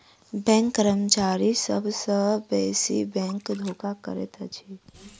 bank कर्मचारी सभ सॅ बेसी बैंक धोखा करैत अछि